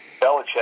Belichick